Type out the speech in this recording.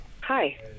hi